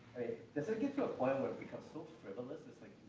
does it get to a point where it becomes so frivolous, it's like,